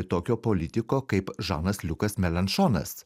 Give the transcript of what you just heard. tokio politiko kaip žanas liukas melen šonas